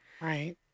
Right